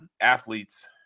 athletes